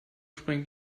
springt